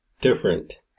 different